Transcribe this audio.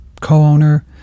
co-owner